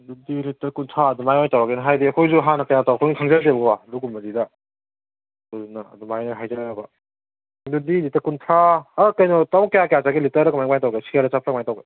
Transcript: ꯑꯗꯨꯗꯤ ꯂꯤꯇꯔ ꯀꯨꯟꯊ꯭ꯔꯥ ꯑꯗꯨꯃꯥꯏꯅ ꯑꯣꯏ ꯇꯧꯔꯒꯦꯅꯦ ꯍꯥꯏꯗꯤ ꯑꯩꯈꯣꯏꯁꯨ ꯍꯥꯟꯅ ꯀꯌꯥ ꯇꯧꯔꯛꯇꯃꯤꯅ ꯈꯪꯖꯗꯦꯕꯀꯣ ꯑꯗꯨꯒꯨꯝꯕꯁꯤꯗ ꯑꯗꯨꯅ ꯑꯗꯨꯃꯥꯏꯅ ꯍꯥꯏꯖꯕ ꯑꯗꯨꯗꯤ ꯂꯤꯇꯔ ꯀꯨꯟꯊ꯭ꯔꯥ ꯀꯩꯅꯣ ꯇꯥꯃꯣ ꯀꯌꯥ ꯀꯌꯥ ꯆꯠꯀꯦ ꯂꯤꯇꯔꯗ ꯀꯃꯥꯏꯅ ꯀꯃꯥꯏꯅ ꯇꯧꯒꯦ ꯁꯦꯔꯗ ꯆꯠꯄ꯭ꯔꯥ ꯀꯃꯥꯏꯅ ꯇꯧꯒꯦ